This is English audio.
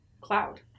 Cloud